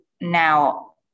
now